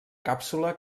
càpsula